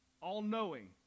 all-knowing